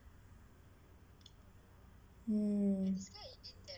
oh